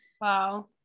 Wow